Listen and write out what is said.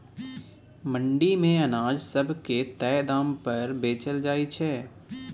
मंडी मे अनाज सब के तय दाम पर बेचल जाइ छै